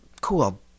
Cool